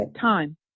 time